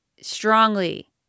strongly